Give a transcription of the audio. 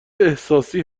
احساسی